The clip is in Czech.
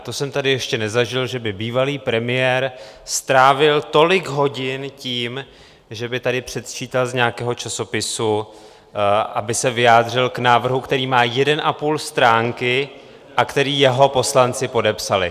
To jsem tady ještě nezažil, že by bývalý premiér strávil tolik hodin, že by tady předčítal z nějakého časopisu, aby se vyjádřil k návrhu, který má 1,5 stránky a který jeho poslanci podepsali.